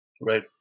Right